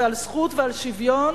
ועל זכות ועל שוויון,